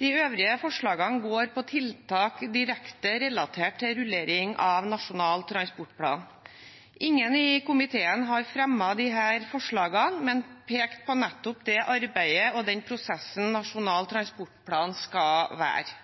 De øvrige forslagene går på tiltak direkte relatert til rullering av Nasjonal transportplan. Ingen i komiteen har fremmet disse forslagene, men pekt på det arbeidet og den prosessen Nasjonal transportplan skal være.